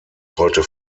heute